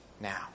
now